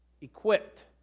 Equipped